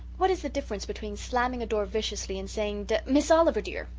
what is the difference between slamming a door viciously and saying d miss oliver dear,